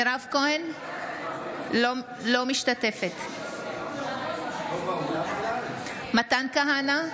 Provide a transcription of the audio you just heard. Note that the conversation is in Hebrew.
אינה משתתפת בהצבעה מתן כהנא,